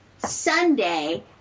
Sunday